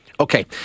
Okay